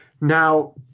Now